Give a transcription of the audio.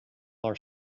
are